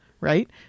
right